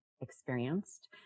experienced